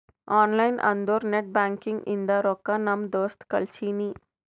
online ಅಂದುರ್ net banking ಇಂದ ರೊಕ್ಕಾ ನಮ್ ದೋಸ್ತ್ ಕಳ್ಸಿನಿ